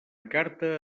carta